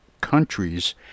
countries